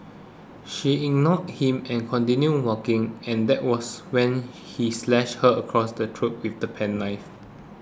she ignored him and continued walking and that was when he slashed her across the throat with the penknife